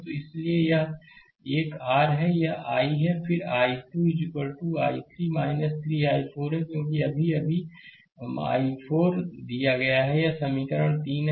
तो इसलिए यह एक आर यह एक I फिर I2 I3 3 i4 है क्योंकि अभी अभी अभी i4 दिया है यह समीकरण 3 है